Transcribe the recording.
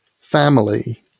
family